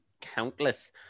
countless